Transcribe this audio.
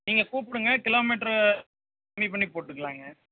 நீங்கள் கூப்பிடுங்க kilometre கம்மி பண்ணி போட்டுக்கலாங்க